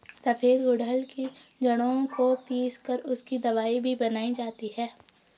सफेद गुड़हल की जड़ों को पीस कर उसकी दवाई भी बनाई जाती है